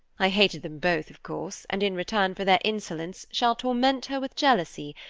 i hated them both, of course, and in return for their insolence shall torment her with jealousy,